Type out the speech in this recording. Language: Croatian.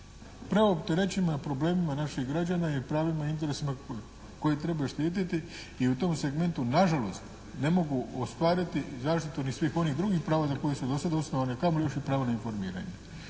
preopterećena problemima naših građana i pravima i interesima koje trebaju štiti. I u tom segmentu nažalost ne mogu ostvariti zaštitu ni svih onih drugih prava za koje su do sad osnovane, a kamoli još i pravo na informiranje.